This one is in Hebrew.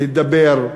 להידבר,